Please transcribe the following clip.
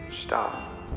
stop